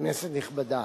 כנסת נכבדה,